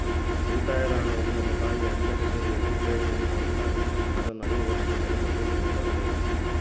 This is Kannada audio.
ಉಳಿತಾಯದ ಹಣವನ್ನು ನನ್ನ ತಾಯಿ ಅಂಚೆಕಚೇರಿಯಲ್ಲಿ ಠೇವಣಿಯನ್ನು ಮಾಡುತ್ತಾರೆ, ಅದನ್ನು ಐದು ವರ್ಷದ ಮೇಲೆ ಬಡ್ಡಿ ಸಮೇತ ಪಡೆಯಬಹುದು